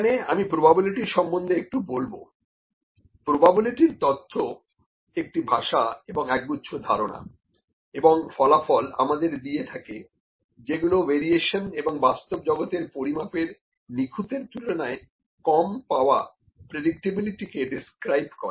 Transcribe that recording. এখানে আমি প্রোবাবিলিটি সম্বন্ধে একটু বলবো প্রোবাবিলিটির তত্ব একটা ভাষা এবং একগুচ্ছ ধারণা এবং ফলাফল আমাদের দিয়ে থাকে যেগুলো ভেরিয়েশন এবং বাস্তব জগতের পরিমাপের নিখুঁত এর তুলনায় কম পাওয়া প্রেডিক্টেবিলিটি কে ডিসক্রাইব করে